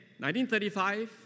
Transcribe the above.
1935